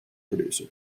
producer